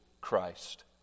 Christ